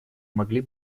могли